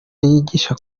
yigisha